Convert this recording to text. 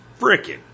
freaking